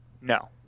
No